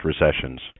recessions